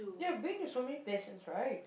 you have been to so many places right